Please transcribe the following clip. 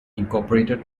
incorporated